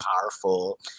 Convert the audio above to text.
powerful